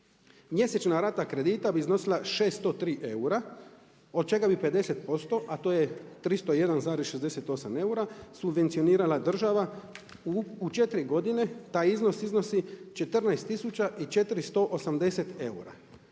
Mjesečna rata kredita bi iznosila 603 eura, od čega bi 50% a to je 301,68 eura subvencionirala država. U 4 godine taj iznos iznosi 14 480 eura.